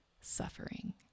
suffering